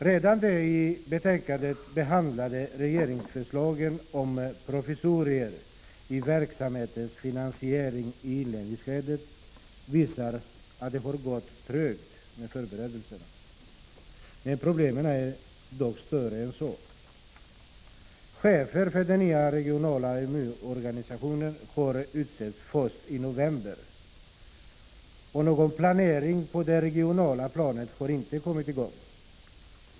Redan de i betänkandet behandlade regeringsförslagen om provisorier i fråga om verksamhetens finansiering under inledningsskedet visar att det har gått trögt med förberedelserna. Problemen är dock större än så. Chefer för de nya regionala AMU-myndigheterna utsågs först i november, och någon planering på det regionala planet har inte kommit i gång.